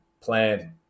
plan